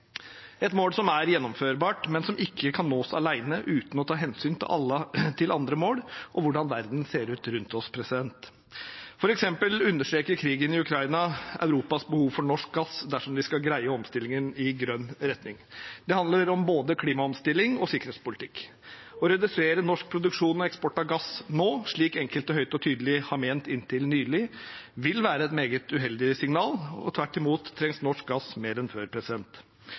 et mål som er gjennomførbart, men som ikke kan nås alene uten å ta hensyn til andre mål og hvordan verden ser ut rundt oss. For eksempel understreker krigen i Ukraina Europas behov for norsk gass dersom vi skal greie omstillingen i grønn retning. Det handler om både klimaomstilling og sikkerhetspolitikk. Å redusere norsk produksjon og eksport av gass nå, slik enkelte høyt og tydelig har ment inntil nylig, vil være et meget uheldig signal. Tvert imot trengs norsk gass mer enn før.